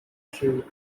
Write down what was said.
she